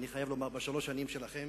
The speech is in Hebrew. אני חייב לומר, בשלוש השנים שלכם